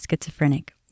Schizophrenic